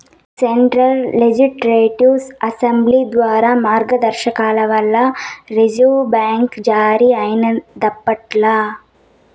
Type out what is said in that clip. central legislative assembly ద్వారా మార్గదర్శకాల వల్ల రిజర్వు బ్యాంక్ జారీ అయినాదప్పట్ల